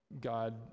God